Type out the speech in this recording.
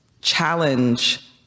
challenge